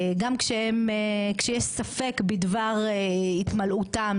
גם כשיש ספק בדבר התמלאותם,